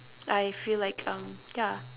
I feel like um ya